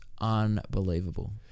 unbelievable